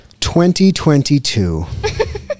2022